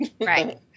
Right